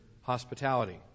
hospitality